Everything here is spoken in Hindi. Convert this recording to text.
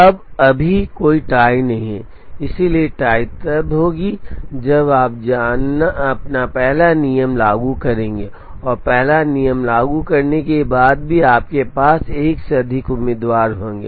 अब अभी कोई टाई नहीं है इसलिए टाई तब होगी जब आप अपना पहला नियम लागू करेंगे और पहला नियम लागू करने के बाद भी आपके पास एक से अधिक उम्मीदवार होंगे